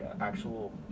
actual